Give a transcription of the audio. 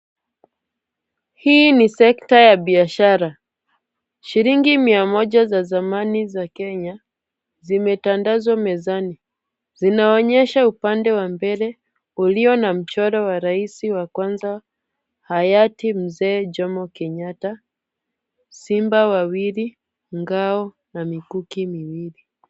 Hii ni sekta ya biashara. Shilingi mia moja za zamani za Kenya zimetandazwa mezani. Zinaonyesha upande wa mbele ulio na mchoro wa rais wa kwanza Hayati Mzee Jomo Kenyatta, Simba Wawili, Ngao, na Mikuki Miwili.